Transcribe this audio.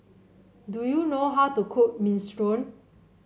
do you know how to cook Minestrone